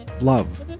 love